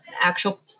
actual